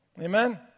Amen